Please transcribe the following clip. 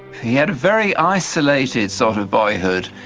he had a very isolated sort of boyhood.